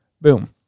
Boom